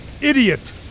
idiot